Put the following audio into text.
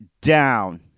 down